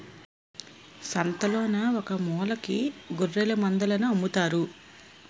సంతలోన ఒకమూలకి గొఱ్ఱెలమందలను అమ్ముతారు